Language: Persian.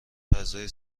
فضا